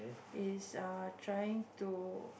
he's err trying to